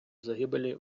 загибелі